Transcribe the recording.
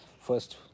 first